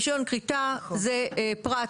רישיון כריתה זה פרט